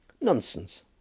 Nonsense